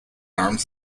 arms